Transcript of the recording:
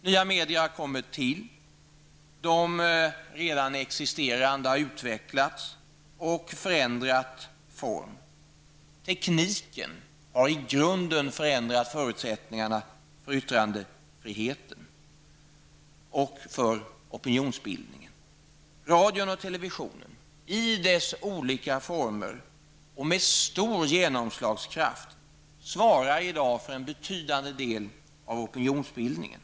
Nya medier har kommit till, de existerande har utvecklats och förändrat form. Tekniken har förändrat förutsättningarna för yttrandefriheten och opinionsbildningen. Radio och television, i olika former, har stor genomslagskraft och svarar i dag för en betydande del av opinionsbildningen.